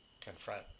confront